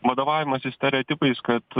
vadovavimasis stereotipais kad